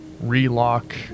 relock